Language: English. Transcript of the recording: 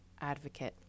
advocate